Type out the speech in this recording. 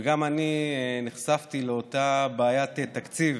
וגם אני נחשפתי לאותה בעיית תקציב